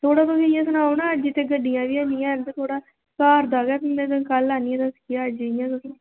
ते पैह्लें मिगी एह् सनाओ ना की जित्थें गड्डियां जेहियां होंदियां ते घर कल्ल आनी आं में तुंदे कोल अज्ज इंया गै